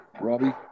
Robbie